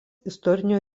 istorinio